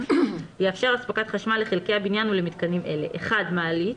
יאפשר אספקת חשמל לחלקי הבניין ולמתקנים אלה: (1) מעלית,